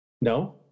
No